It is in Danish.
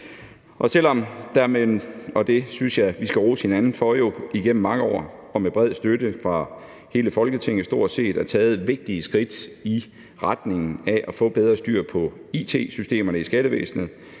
Selv om der, og det synes jeg vi skal rose hinanden for, igennem mange år og med bred støtte fra stort set hele Folketinget er taget vigtige skridt i retning af at få bedre styr på it-systemerne i skattevæsenet,